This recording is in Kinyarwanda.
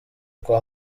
kwa